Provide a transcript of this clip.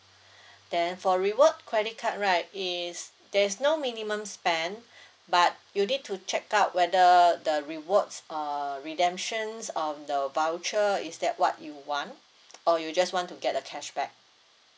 then for reward credit card right is there is no minimum spend but you need to check out whether the rewards uh redemption um the voucher is that what you want or you just want to get the cashback